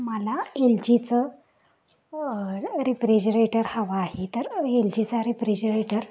मला एल जीचं रिफ्रिजरेटर हवं आहे तर एल जीचा रिफ्रिजरेटर